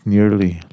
Nearly